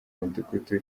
mudugudu